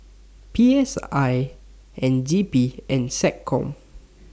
P S I N D P and Seccom